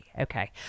Okay